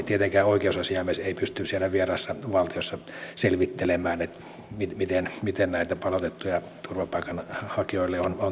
tietenkään oikeusasiamies ei pysty siellä vieraassa valtiossa selvittelemään mitä näille palautetuille turvapaikanhakijoille on tapahtunut